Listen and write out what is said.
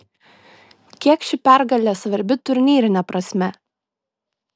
kiek ši pergalė svarbi turnyrine prasme